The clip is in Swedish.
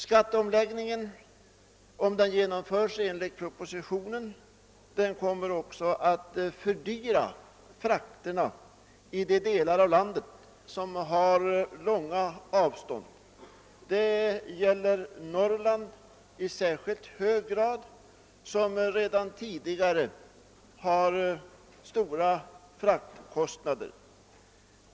Skatteomläggningen kommer, om den genomförs enligt propositionen, också att fördyra frakterna i de delar av landet som har långa avstånd. Det gäller i särskilt hög grad Norrland, som redan tidigare har stora fraktkostnader.